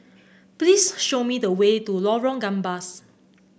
please show me the way to Lorong Gambas